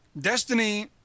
Destiny